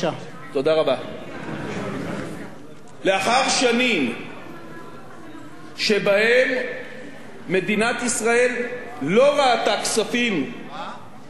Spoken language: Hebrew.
לאחר שנים שבהן מדינת ישראל לא ראתה כספים מאותם דיבידנדים כלואים,